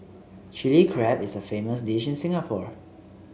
Chilli Crab is a famous dish in Singapore